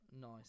nice